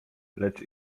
lecz